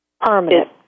permanent